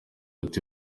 ati